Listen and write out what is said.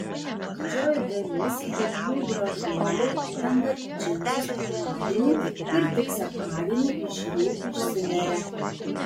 didžioji dalis jaunų gražuolių įlenda į džinsus pirmadienį ir tik sekmadienį iš jų išsineria